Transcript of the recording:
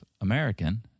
American